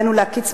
עלינו להקיץ,